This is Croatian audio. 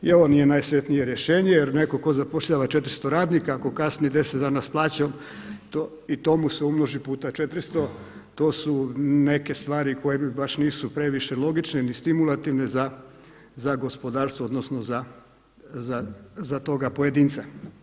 I ovo nije najsretnije rješenje jer neko ko zapošljava 400 radnika, ako kasni 10 dana s plaćom i to mu se umnoži puta 400, to su neke stvari koje mi baš nisu previše logične ni stimulativne za gospodarstvo odnosno za toga pojedinca.